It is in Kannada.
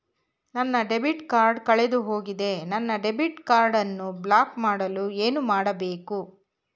ನನ್ನ ಡೆಬಿಟ್ ಕಾರ್ಡ್ ಕಳೆದುಹೋಗಿದೆ ನನ್ನ ಡೆಬಿಟ್ ಕಾರ್ಡ್ ಅನ್ನು ಬ್ಲಾಕ್ ಮಾಡಲು ಏನು ಮಾಡಬೇಕು?